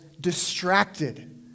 distracted